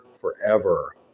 forever